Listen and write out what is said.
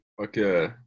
okay